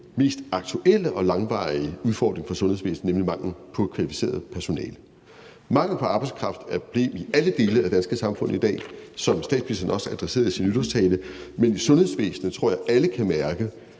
mest aktuelle og langvarige udfordring for sundhedsvæsenet, nemlig manglen på kvalificeret personale. Mangel på arbejdskraft er et problem i alle dele af det danske samfund i dag, som statsministeren også adresserede i sin nytårstale, men i sundhedsvæsenet tror jeg alle kan mærke,